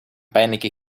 pijnlijke